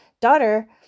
daughter